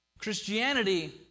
Christianity